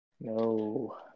No